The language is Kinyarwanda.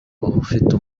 ufite